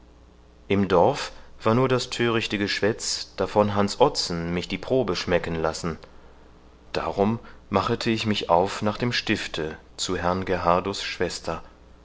im dorf war nur das thörichte geschwätz davon hans ottsen mich die probe schmecken lassen darum machete ich mich auf nach dem stifte zu herrn gerhardus schwester